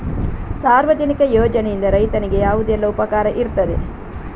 ಸಾರ್ವಜನಿಕ ಯೋಜನೆಯಿಂದ ರೈತನಿಗೆ ಯಾವುದೆಲ್ಲ ಉಪಕಾರ ಇರ್ತದೆ?